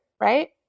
right